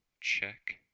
check